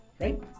right